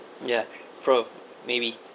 ya bro maybe